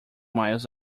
miles